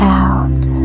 out